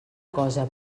cosa